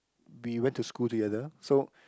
we went to school together so